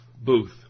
Booth